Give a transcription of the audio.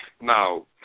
Now